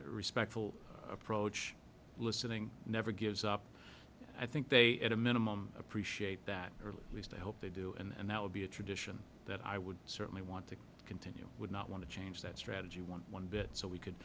and respectful approach listening never gives up i think they at a minimum appreciate that early least i hope they do and that would be a tradition that i would certainly want to continue would not want to change that strategy one one bit so we could